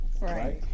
right